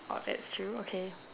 orh that's true okay